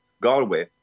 Galway